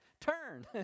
Turn